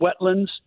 wetlands